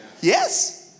Yes